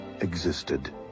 existed